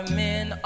men